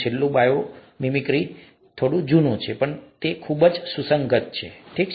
છેલ્લું biomimicry થોડું જૂનું છે પણ ખૂબ જ સુસંગત છે ઠીક છે